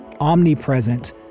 omnipresent